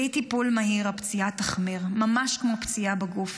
בלי טיפול מהיר הפציעה תחמיר, ממש כמו פציעה בגוף.